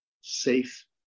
safe